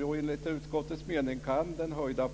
Jo, enligt utskottets mening kan den höjda